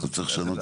אז הם צודקים.